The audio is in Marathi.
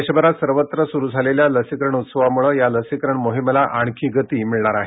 देशभरात सर्वत्र स्रू झालेल्या लसीकरण उत्सवामुळे या लसीकरण मोहिमेला आणखी गती मिळणार आहे